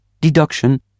deduction